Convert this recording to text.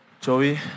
Joey